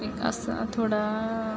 एक असं थोडं